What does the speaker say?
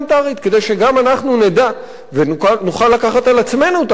כדי שגם אנחנו נדע ונוכל לקחת על עצמנו את האחריות